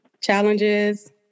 challenges